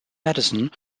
madison